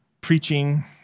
preaching